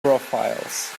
profiles